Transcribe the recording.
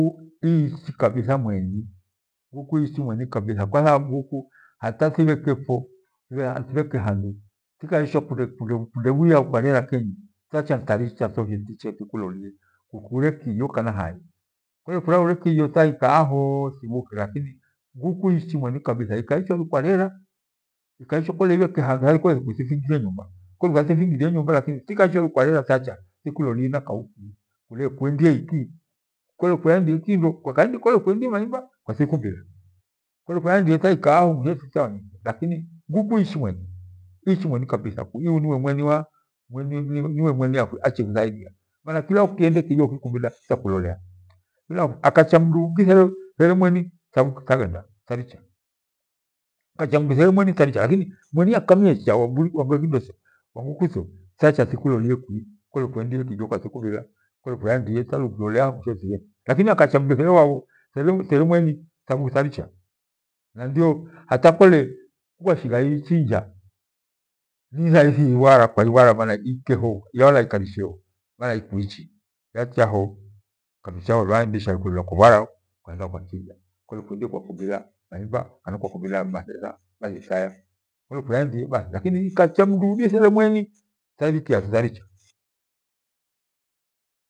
Aguku iichi kabitha mweni hata timeke hohosi thiakichwa kundebhiwa tacha tarichi tikulolie kuew kiho kanan haki kole kuarume kijo taikaa ho kole kwendia maimba kwa thikumbila, nguku ichi mweni kabitha wakwe anchimthaidi kole there mwani tericha mweni akamuihea tacha tiku lo lile lu kuendie kijo taricha. Akacha maluunge there mweni taricha lakini mweni akamiecha tacha tikulolie ku kuliendarie kijo kana hai hata kole nkwashigha iichinja nirahisi iivwana kwathubu ikeho wala ikaricheya mana ikuichi. Yachaho kwaghenda kwaivwara kwaku mbili matha kwaghenda kwaivwara akacha ndaangi there mweri tairikia tho taricha. Lakini mweni akamriecha tacha tukilollie kwa kole kwenchie kijo kwa tikumbila kuraendie tukolola ho tuiivuke kacha mdu theremweni taricha hata kole nkwashinga iichinja ni rahithi iivwara mana ikagharieyo, wala ikaricheyo maana ikuichi ikamvahho kwaivwana mana ikagharieyo kole kwandie maimba kwaikumbila kole kwaendie bathimduungi there mweni tairikiato taricha.